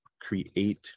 create